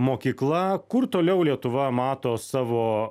mokykla kur toliau lietuva mato savo